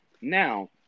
Now